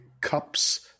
cups